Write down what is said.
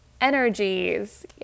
energies